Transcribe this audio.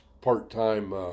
part-time